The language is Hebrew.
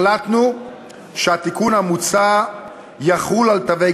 החלטנו שהתיקון המוצע יחול על תווי